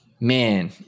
man